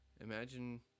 imagine